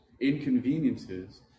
inconveniences